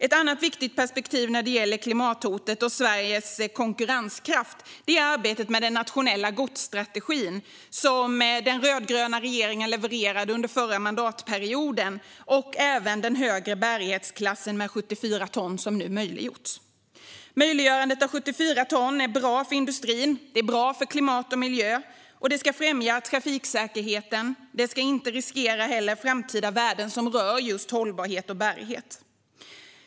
Ett annat viktigt perspektiv när det gäller klimathotet och Sveriges konkurrenskraft är arbetet med den nationella godsstrategin, som den rödgröna regeringen levererade under förra mandatperioden, och även den högre bärighetsklassen, 74 ton, som nu möjliggjorts. Möjliggörandet av 74 ton är bra för industrin och bra för klimat och miljö. Det ska främja trafiksäkerheten, och det ska inte riskera framtida värden som rör hållbarhet och bärighet.